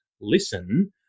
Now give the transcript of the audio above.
listen